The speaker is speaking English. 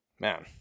man